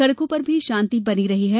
सड़कों पर भी शांति बनी रही है